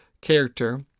character